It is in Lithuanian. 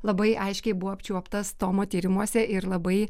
labai aiškiai buvo apčiuoptas tomo tyrimuose ir labai